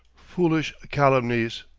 foolish calumnies!